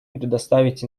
предоставить